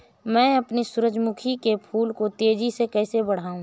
मैं अपने सूरजमुखी के फूल को तेजी से कैसे बढाऊं?